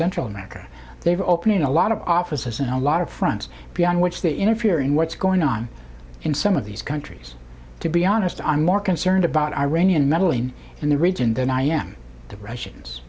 central america they are opening a lot of offices and a lot of fronts beyond which to interfere in what's going on in some of these countries to be honest i'm more concerned about iranian meddling in the region than i am the russians